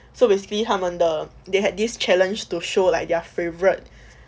so basically 他们的 they had this challenge to show like their favourite